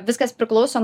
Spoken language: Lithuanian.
viskas priklauso nuo